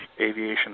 aviation